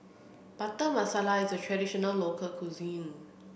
Butter Masala is a traditional local cuisine